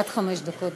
עד חמש דקות.